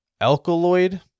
alkaloid